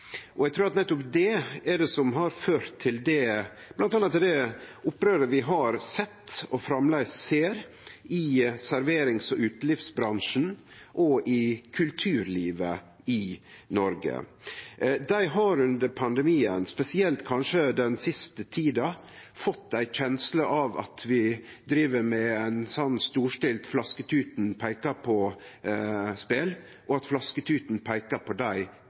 og eg trur at det er nettopp det som bl.a. til har ført det opprøret vi har sett, og framleis ser, i serverings- og utelivsbransjen og i kulturlivet i Noreg. Dei har under pandemien, kanskje spesielt den siste tida, fått ei kjensle av at vi driv med eit storstilt flasketuten-peikar-på-spel, og at flasketuten peikar på dei